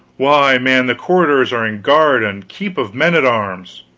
why, man, the corridors are in guard and keep of men-at-arms.